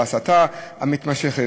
מההסתה המתמשכת,